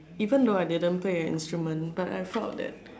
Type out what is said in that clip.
even though I didn't play an instrument but I felt that